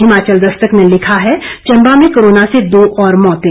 हिमाचल दस्तक ने लिखा है चंबा में कोरोना से दो और मौतें